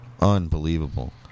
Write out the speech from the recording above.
Unbelievable